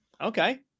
okay